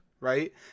right